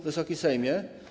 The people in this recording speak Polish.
Wysoki Sejmie!